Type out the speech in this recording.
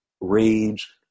rage